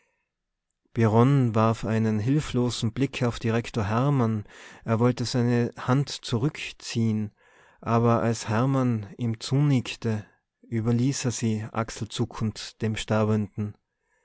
warf einen hilflosen blick auf direktor hermann er wollte seine hand zurückziehen aber als hermann ihm zunickte überließ er sie achselzuckend dem sterbenden